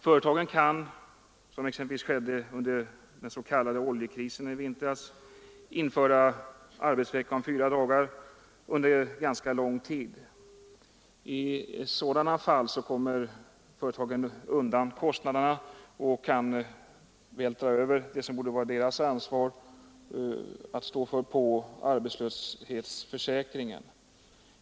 Företagen kan, som exempelvis skedde under den s.k. oljekrisen i vintras, införa arbetsvecka om fyra dagar under ganska lång tid. I sådana fall kommer företagen att på arbetslöshetsförsäkringen vältra över kostnader som de borde stå för.